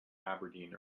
aberdeen